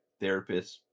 therapists